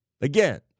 Again